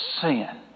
sin